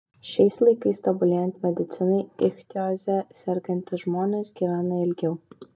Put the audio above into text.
šiais laikais tobulėjant medicinai ichtioze sergantys žmonės gyvena ilgiau